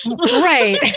Right